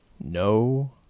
No